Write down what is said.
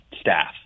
staff